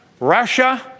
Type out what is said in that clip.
Russia